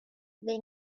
they